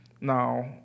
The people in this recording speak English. Now